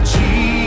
Jesus